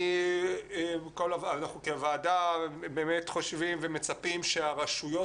אנחנו כוועדה באמת חושבים ומצפים שהרשויות